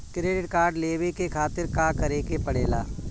Credit card लेवे के खातिर का करेके पड़ेला?